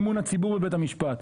פגעה באמון הציבור בבית המשפט,